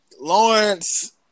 Lawrence